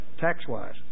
tax-wise